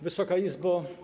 Wysoka Izbo!